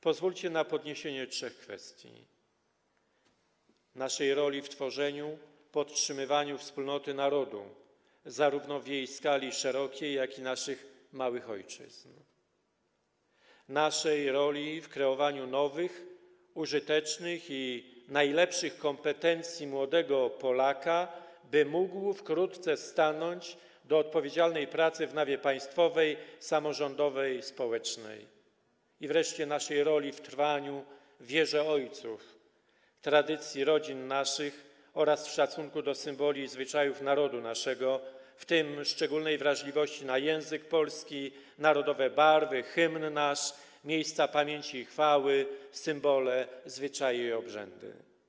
Pozwólcie na podniesienie trzech kwestii: naszej roli w tworzeniu, podtrzymywaniu wspólnoty narodu zarówno w jej skali szerokiej, jak i naszych małych ojczyzn, naszej roli w kreowaniu nowych, użytecznych i najlepszych kompetencji młodego Polaka, by mógł wkrótce stanąć do odpowiedzialnej pracy na niwie państwowej, samorządowej i społecznej, i wreszcie naszej roli w trwaniu w wierze ojców, tradycji rodzin naszych oraz szacunku do symboli i zwyczajów narodu naszego, w tym szczególnej wrażliwości na język polski, narodowe barwy, hymn nasz, miejsca pamięci i chwały, symbole, zwyczaje i obrzędy.